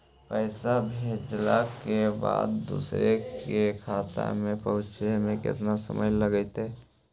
पैसा भेजला के बाद दुसर के खाता में पहुँचे में केतना समय लगतइ?